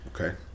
Okay